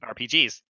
RPGs